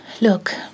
look